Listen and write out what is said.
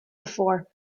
before